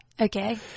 Okay